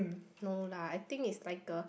no lah I think is like a